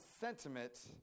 sentiment